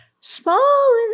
Small